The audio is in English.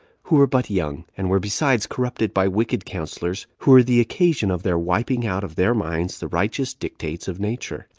who were but young, and were besides corrupted by wicked counselors, who were the occasion of their wiping out of their minds the righteous dictates of nature,